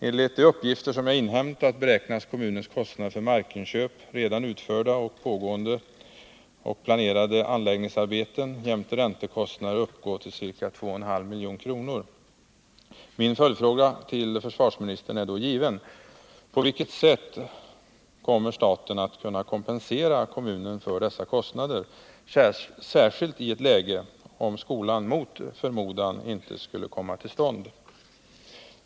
Enligt de uppgifter som jag har inhämtat beräknas kommunens kostnader för markinköp, redan utförda, pågående och planerade anläggningsarbeten jämte räntekostnader uppgå till ca 2,5 milj.kr. Min följdfråga till försvarsministern är då given: På vilket sätt kommer staten att kunna kompensera kommunen för dessa kostnader, särskilt i det läge som kan uppstå om skolan mot förmodan inte skulle komma till stånd?